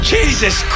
Jesus